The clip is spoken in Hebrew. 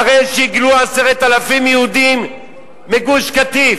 אחרי שהגלו 10,000 יהודים מגוש-קטיף,